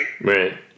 Right